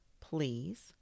please